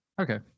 Okay